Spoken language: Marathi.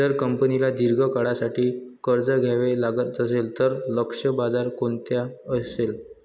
जर कंपनीला दीर्घ काळासाठी कर्ज घ्यावे लागत असेल, तर लक्ष्य बाजार कोणता असेल?